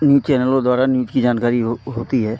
news चैनलों द्वारा news की जानकारी हो होती है